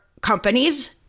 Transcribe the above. companies